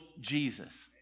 Jesus